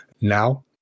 now